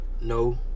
No